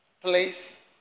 place